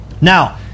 Now